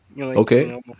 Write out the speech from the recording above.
Okay